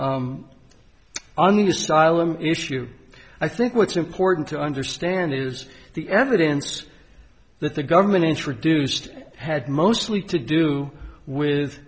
style m issue i think what's important to understand is the evidence that the government introduced had mostly to do with